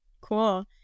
Cool